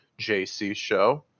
jcshow